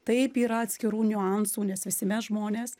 taip yra atskirų niuansų nes visi mes žmonės